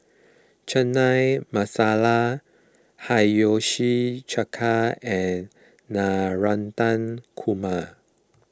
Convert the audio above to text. Chana Masala Hiyashi Chuka and Navratan Korma